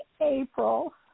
April